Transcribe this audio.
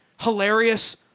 hilarious